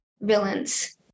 villains